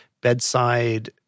bedside